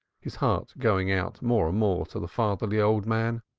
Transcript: his heart going out more and more to the fatherly old man.